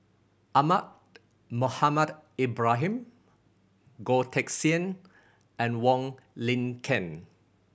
Ahmad Mohamed Ibrahim Goh Teck Sian and Wong Lin Ken